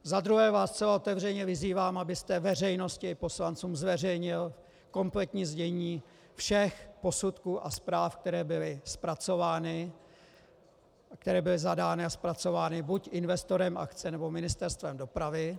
Za druhé vás zcela otevřeně vyzývám, abyste veřejnosti i poslancům zveřejnil kompletní znění všech posudků a zpráv, které byly zadány a zpracovány buď investorem akce, nebo Ministerstvem dopravy.